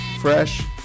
fresh